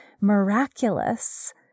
miraculous